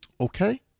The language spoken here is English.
Okay